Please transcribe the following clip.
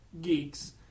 geeks